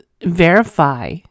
verify